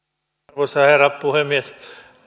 arvoisa herra puhemies